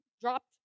dropped